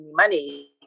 money